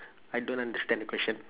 I don't understand the question